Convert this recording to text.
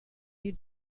you